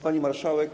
Pani Marszałek!